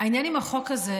העניין עם החוק הזה,